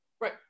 Right